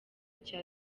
cya